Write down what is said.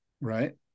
right